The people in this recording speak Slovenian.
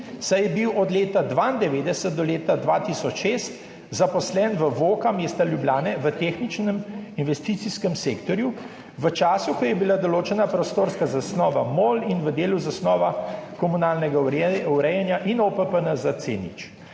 saj je bil od leta 1992 do leta 2006 zaposlen v VOKA mesta Ljubljane v tehnično-investicijskem sektorju v času, ko je bila določena prostorska zasnova MOL in v delu zasnova komunalnega urejanja in OPPN za C0.